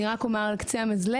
אני רק אומר על קצה המזלג,